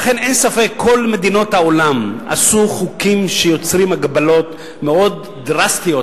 כל מדינות העולם עשו חוקים שיוצרים הגבלות מאוד דרסטיות,